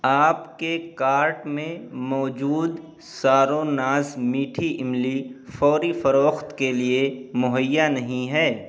آپ کے کارٹ میں موجود سار و ناز میٹھی املی فوری فروخت کے لیے مہیا نہیں ہے